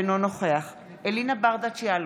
אינו נוכח אלינה ברדץ' יאלוב,